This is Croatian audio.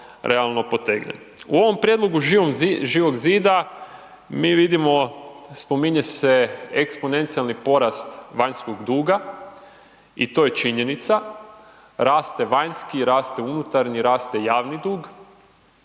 U ovom prijedlogu Živog zida, mi vidimo, spominje se eksponencijalni porast vanjskog duga i to je činjenica, raste vanjski, raste unutarnji, raste javni dug.